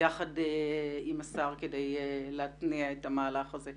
יחד אתו כדי להתניע את המהלך הזה.